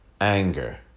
anger